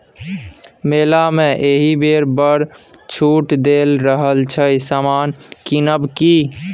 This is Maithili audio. मेला मे एहिबेर बड़ छूट दए रहल छै समान किनब कि?